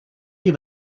have